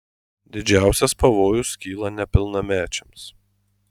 didžiausias pavojus kyla nepilnamečiams